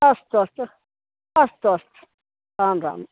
अस्तु अस्तु अस्तु अस्तु रां राम्